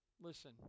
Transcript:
listen